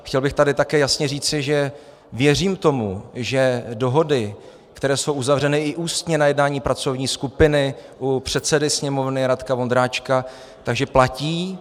Chtěl bych tady také jasně říci, že věřím tomu, že dohody, které jsou uzavřeny i ústně na jednání pracovní skupiny u předsedy Sněmovny Radka Vondráčka, platí.